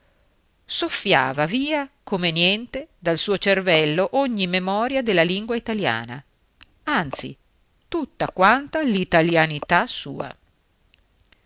soffiata via come niente dal suo cervello ogni memoria della lingua italiana anzi tutta quanta l'italianità sua